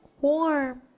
warm